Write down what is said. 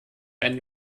eine